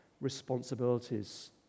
responsibilities